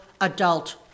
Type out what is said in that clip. adult